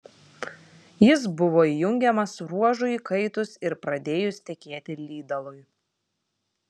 jis buvo įjungiamas ruožui įkaitus ir pradėjus tekėti lydalui